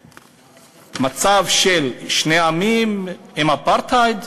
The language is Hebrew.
מצב של שני עמים עם אפרטהייד?